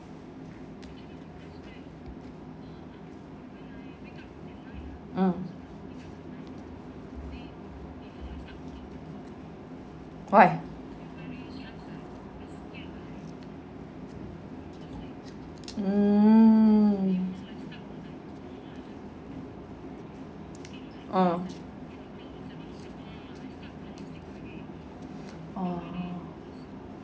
mm why hmm oh oh